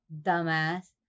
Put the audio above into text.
Dumbass